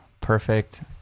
perfect